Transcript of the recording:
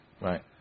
Right